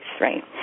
right